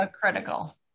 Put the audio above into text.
Critical